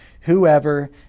whoever